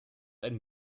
ein